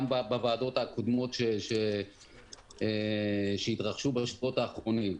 גם בוועדות הקודמות שהתרחשו בשבועות האחרונים.